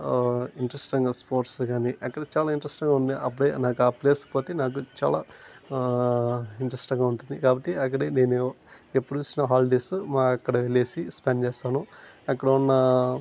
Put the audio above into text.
interesting spots కానీ అక్కడ చాలా ఇంట్రెస్టింగా ఉన్నాయి నాకు ఆ ప్లేస్కు పోతే నాకు చాలా ఇంట్రెస్టింగా ఉంటుంది కాబట్టి అక్కడే నేను ఎప్పుడు వచ్చిన హాలిడేస్ మా అక్కడ వెళ్ళేసి స్పెండ్ చేస్తాను అక్కడ ఉన్న